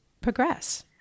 progress